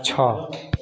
छः